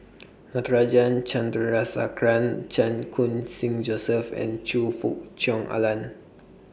Natarajan Chandrasekaran Chan Khun Sing Joseph and Choe Fook Cheong Alan